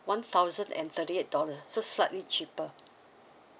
one thousand and thirty eight dollars so slightly cheaper